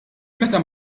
meta